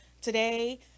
Today